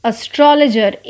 Astrologer